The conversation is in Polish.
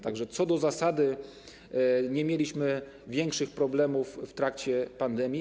Tak że, co do zasady, nie mieliśmy większych problemów w trakcie pandemii.